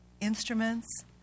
instruments